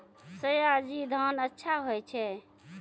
सयाजी धान अच्छा होय छै?